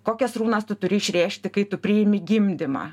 kokias runas tu turi išrėžti kai tu priimi gimdymą